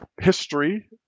history